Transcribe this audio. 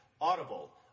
Audible